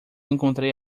encontrei